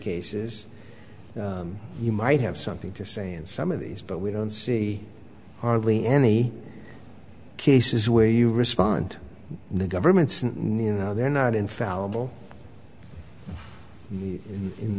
cases you might have something to say and some of these but we don't see hardly any cases where you respond the government's new no they're not infallible